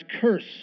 curse